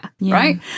Right